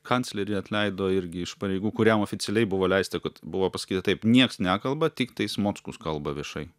kanclerį atleido irgi iš pareigų kuriam oficialiai buvo leista kad buvo pasakyta taip nieks nekalba tiktais mockus kalba viešai